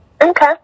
Okay